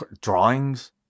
drawings